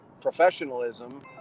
professionalism